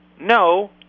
No